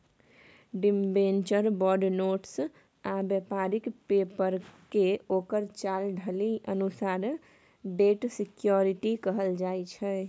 debenture, bond, notes आ बेपारिक पेपरकेँ ओकर चाल ढालि अनुसार डेट सिक्युरिटी कहल जाइ छै